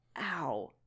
ow